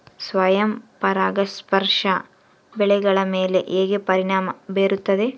ಸ್ವಯಂ ಪರಾಗಸ್ಪರ್ಶ ಬೆಳೆಗಳ ಮೇಲೆ ಹೇಗೆ ಪರಿಣಾಮ ಬೇರುತ್ತದೆ?